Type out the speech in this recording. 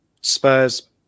Spurs